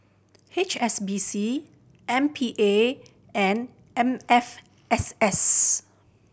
H S B C M P A and M F S S